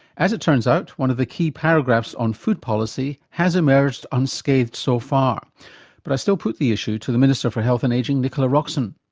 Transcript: as it turns out one of the key paragraphs on food policy has emerged unscathed so far but i still put the issue to the minister for health and ageing nicola roxon.